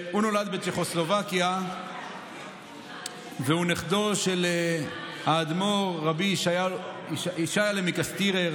הוא נולד בצ'כוסלובקיה והיה נכדו של האדמו"ר רבי ישעיה'לה מקרעסטיר,